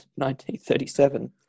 1937